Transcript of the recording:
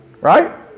Right